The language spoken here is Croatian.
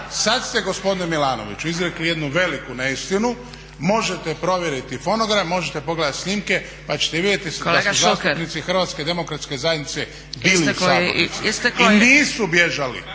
sad ste gospodine Milanoviću izrekli jednu veliku neistinu. Možete provjeriti fonogram, možete pogledati snimke pa ćete vidjeti … …/Upadica Zgrebec: Kolega Šuker!/… … da su zastupnici Hrvatske demokratske zajednice bili u sabornici … …/Upadica